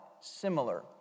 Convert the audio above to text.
similar